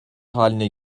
haline